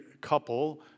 couple